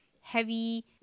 heavy